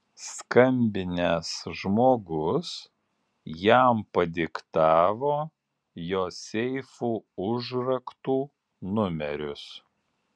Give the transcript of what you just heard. skambinęs žmogus jam padiktavo jo seifų užraktų numerius